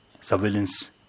surveillance